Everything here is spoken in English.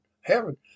heaven